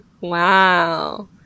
wow